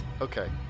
okay